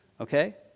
okay